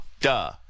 Duh